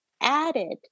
added